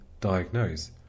diagnose